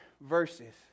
verses